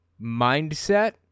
mindset